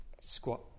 squat